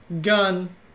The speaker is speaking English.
Gun